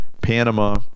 Panama